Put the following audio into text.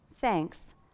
Thanks